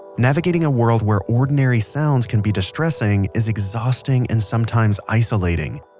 navigating a world where ordinary sounds can be distressing is exhausting and sometimes isolating.